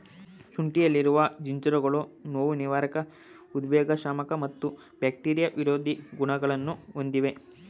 ಶುಂಠಿಯಲ್ಲಿರುವ ಜಿಂಜೆರೋಲ್ಗಳು ನೋವುನಿವಾರಕ ಉದ್ವೇಗಶಾಮಕ ಮತ್ತು ಬ್ಯಾಕ್ಟೀರಿಯಾ ವಿರೋಧಿ ಗುಣಗಳನ್ನು ಹೊಂದಿವೆ